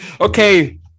okay